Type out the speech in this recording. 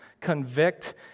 convict